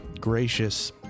gracious